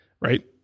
Right